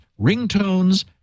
ringtones